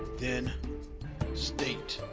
then state.